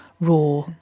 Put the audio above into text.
raw